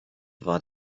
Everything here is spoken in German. war